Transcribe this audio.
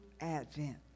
Advent